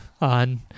on